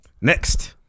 Next